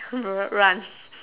run